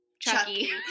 Chucky